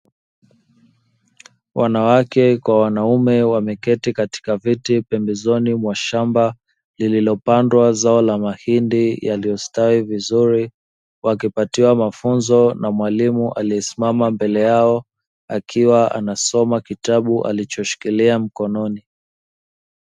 Wanawake kwa wanaume wameketi katika viti pembezoni mwa shamba lililopandwa zao la mahindi yaliyostawi vizuri, wakipatiwa mafunzo na mwalimu aliyesimama mbele yao akiwa anasoma kitabu alichoshikilia mkononi.